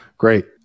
Great